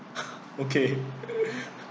okay